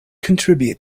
contribute